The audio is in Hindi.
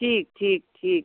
ठीक ठीक ठीक